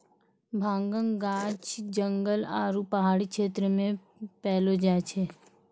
भांगक गाछ जंगल आरू पहाड़ी क्षेत्र मे पैलो जाय छै